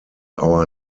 our